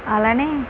అలానే